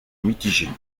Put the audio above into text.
mitigée